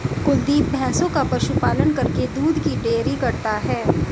कुलदीप भैंसों का पशु पालन करके दूध की डेयरी करता है